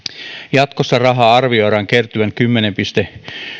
jatkossa rahaa arvioidaan kertyvän kymmenen pilkku